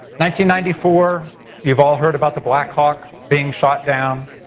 ninety ninety four you've all heard about the blackhawk being shot down.